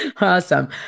Awesome